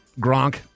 Gronk